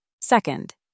Second